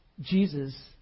Jesus